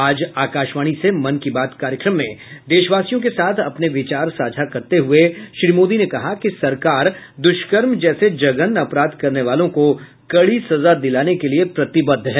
आज आकाशवाणी से मन की बात कार्यक्रम में देशवासियों के साथ अपने विचार साझा करते हुये श्री मोदी ने कहा कि सरकार दुष्कर्म जैसे जघन्य अपराध करने वालों को कड़ी सजा दिलाने के लिए प्रतिबद्ध है